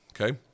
Okay